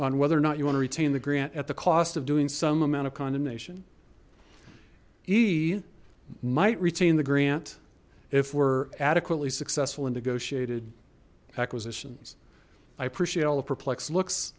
on whether or not you want to retain the grant at the cost of doing some amount of condemnation ii might retain the grant if we're adequately successful in negotiated acquisitions i appreciate all the perplexed looks